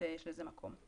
יש לזה מקום.